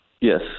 Yes